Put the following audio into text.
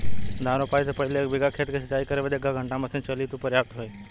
धान रोपाई से पहिले एक बिघा खेत के सिंचाई करे बदे क घंटा मशीन चली तू पर्याप्त होई?